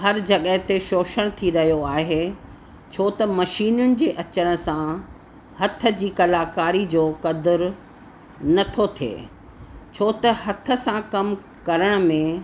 हर जॻह ते शोषण थी रहियो आहे छो त मशीनियुनि जे अचण सां हथ जी कलाकारी जो क़दर नथो थिए छो त हथ सां कमु करण में